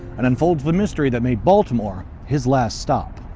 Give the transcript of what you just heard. and unfolds the mystery that made baltimore his last stop.